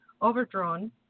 overdrawn